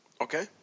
Okay